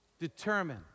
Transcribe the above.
determine